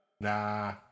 Nah